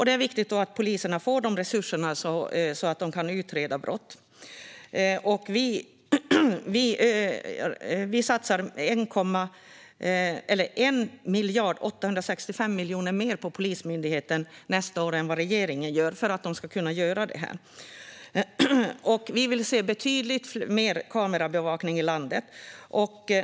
Det är viktigt att polisen får de resurser som behövs för att kunna utreda brott. Vi satsar 1 865 000 000 kronor mer än vad regeringen gör på Polismyndigheten nästa år för att polisen ska kunna göra det här. Vi vill se betydligt mer kamerabevakning i landet.